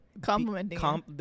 complimenting